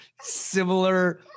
Similar